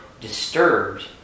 Disturbed